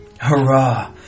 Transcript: Hurrah